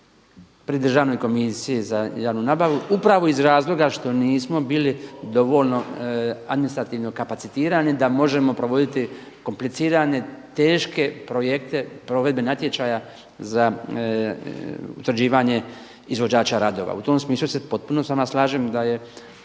pri Državnoj komisiji za javnu nabavu upravo iz razloga što nismo bili dovoljno administrativno kapacitirani da možemo provoditi komplicirane teško projekte provedbe natječaja za utvrđivanje izvođača radova. U tom smislu se potpuno s vama slažem da je